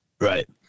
right